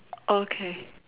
okay